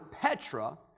Petra